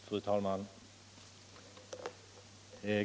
Fru talman!